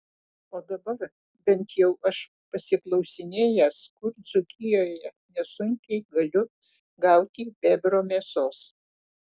o dabar bent jau aš pasiklausinėjęs kur dzūkijoje nesunkiai galiu gauti bebro mėsos